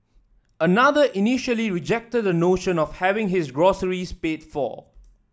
another initially rejected the notion of having his groceries paid for